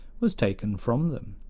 was taken from them.